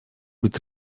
быть